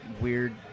weird